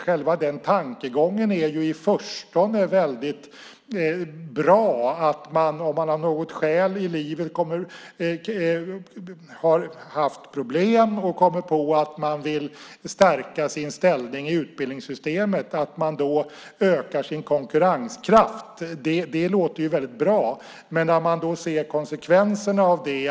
Själva tankegången är i förstone väldigt bra, alltså att om man av något skäl har haft problem och vill stärka sin ställning i utbildningssystemet kan man öka sin konkurrenskraft. Det låter väldigt bra. Men man kan då se konsekvenserna av det.